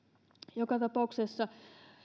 joka tapauksessa